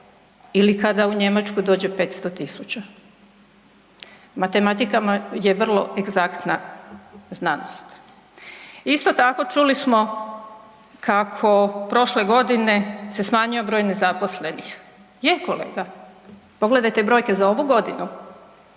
ili kada u Njemačku dođe 500 tisuća. Matematika je vrlo egzaktna znanost. Isto tako čuli smo kako prošle godine se smanjio broj nezaposlenih. Je kolega, pogledajte brojke za ovu godinu.